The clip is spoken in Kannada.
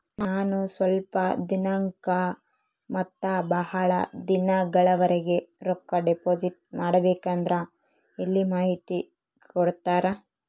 ನಾನು ಸ್ವಲ್ಪ ದಿನಕ್ಕ ಮತ್ತ ಬಹಳ ದಿನಗಳವರೆಗೆ ರೊಕ್ಕ ಡಿಪಾಸಿಟ್ ಮಾಡಬೇಕಂದ್ರ ಎಲ್ಲಿ ಮಾಹಿತಿ ಕೊಡ್ತೇರಾ?